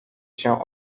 się